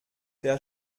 der